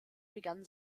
begann